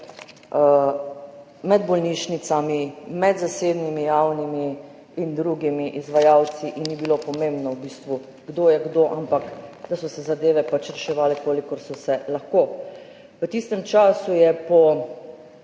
med bolnišnicami, med zasebnimi, javnimi in drugimi izvajalci in ni bilo pomembno, kdo je kdo, ampak da so se zadeve pač reševale, kolikor so se lahko. V tistem času je po